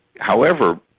however,